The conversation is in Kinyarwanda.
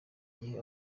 igihe